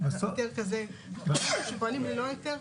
היתר כזה, הם פועלים ללא היתר?